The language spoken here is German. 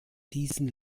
diesen